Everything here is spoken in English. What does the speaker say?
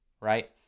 right